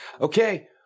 okay